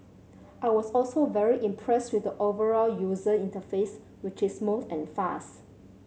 I was also very impressed with the overall user interface which is smooth and fast